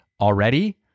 already